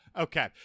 Okay